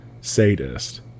sadist